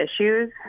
issues